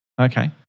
Okay